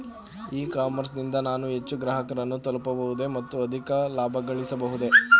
E commerce ನಿಂದ ನಾನು ಹೆಚ್ಚು ಗ್ರಾಹಕರನ್ನು ತಲುಪಬಹುದೇ ಮತ್ತು ಅಧಿಕ ಲಾಭಗಳಿಸಬಹುದೇ?